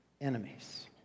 enemies